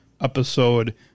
episode